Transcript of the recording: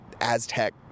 Aztec